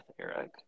Eric